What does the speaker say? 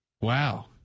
Wow